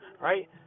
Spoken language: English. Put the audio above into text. right